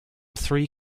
three